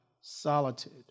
solitude